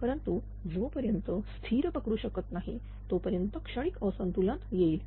परंतु जोपर्यंत स्थिर पकडू शकत नाही तोपर्यंत क्षणिक असंतुलन येईल